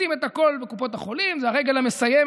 לשים את הכול בקופות החולים, זו הרגל המסיימת.